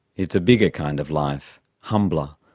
it's a bigger kind of life, humbler,